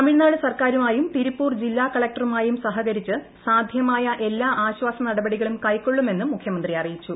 തമിഴ്നാട് സർക്കാരുമായും തിരുപ്പൂർ ജില്ലാ കലക്ടറുമായും സഹകരിച്ച് സാധ്യമായ എല്ലാ ആശ്വാസ നടപടികളും കൈക്കൊള്ളുമെന്നും മുഖ്യമന്ത്രി അറിയിച്ചു